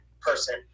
person